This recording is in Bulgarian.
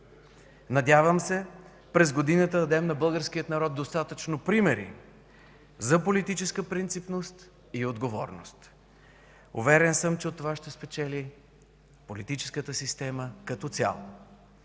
Надявам се през годината да дадем на българския народ достатъчно примери за политическа принципност и отговорност. Уверен съм, че от това ще спечели политическата система като цяло.